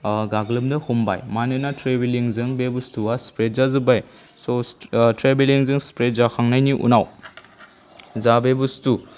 गाग्लोबनो हमबाय मानोना ट्रेभेलिंजों बे बुस्तुआ स्प्रेड जाजोब्बाय स' ट्रेभेलिंजों स्प्रेड जाखांनायनि उनाव जा बे बुस्तु